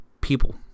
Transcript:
people